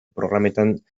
programetan